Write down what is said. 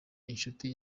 inshuti